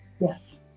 Yes